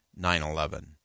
9-11